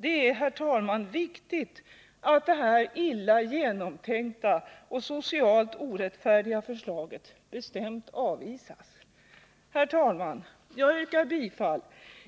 Det är, herr talman, viktigt att detta illa genomtänkta och socialt orättfärdiga förslag avvisas. Herr talman! Jag yrkar bifall